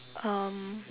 um